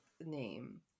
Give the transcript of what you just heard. name